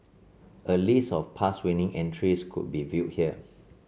a list of past winning entries could be viewed here